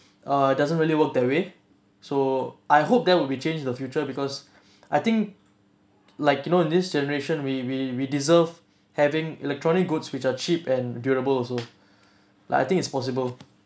uh doesn't really work that way so I hope there will be change in the future because I think like you know this generation we we we deserve having electronic goods which are cheap and durable also like I think it's possible